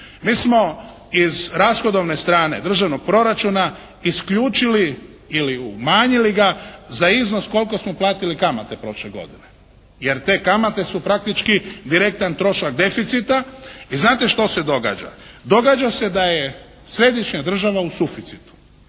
Mi smo iz rashodovne strane Državnog proračuna isključili ili umanjili ga za iznos koliko smo platili kamate prošle godine. Jer te kamate su praktički direktan trošak deficita. I znate što se događa? Događa se da je središnja država u suficitu.